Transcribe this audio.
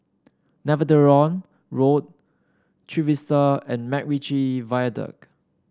Netheravon Road Trevista and MacRitchie Viaduct